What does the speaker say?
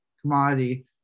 commodity